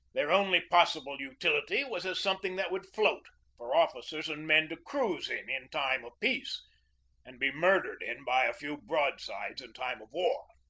their only possible utility was as something that would float for officers and men to cruise in in time of peace and be murdered in by a few broadsides in time of war.